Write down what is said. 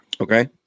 Okay